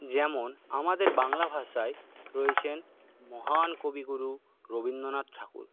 যেমন আমাদের বাংলা ভাষায় রয়েছেন মহান কবিগুরু রবীন্দ্রনাথ ঠাকুর